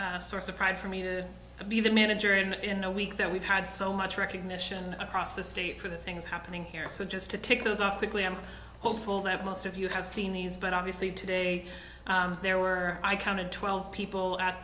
a source of pride for me to be the manager and in a week that we've had so much recognition across the state for the things happening here so just to take those off quickly i'm hopeful that most of you have seen these but obviously today there were i counted twelve people at